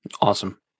Awesome